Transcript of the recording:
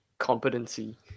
competency